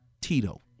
Tito